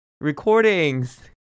recordings